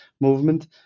movement